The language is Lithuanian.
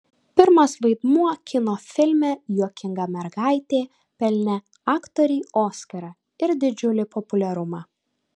pirmas vaidmuo kino filme juokinga mergaitė pelnė aktorei oskarą ir didžiulį populiarumą